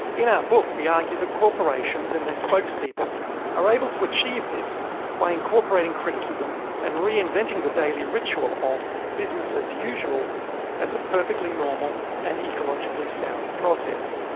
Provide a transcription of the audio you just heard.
in our book we argue that corporations and their spokespeople are able to achieve this by incorporating criticism and reinventing the daily ritual of business as usual as a perfectly normal and ecologically sound process.